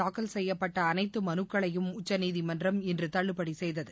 தாக்கல் செய்யப்பட்ட அனைத்து மலுக்களையும் உச்சநீதிமன்றம் இன்று தள்ளுபடி செய்தது